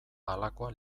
halakoa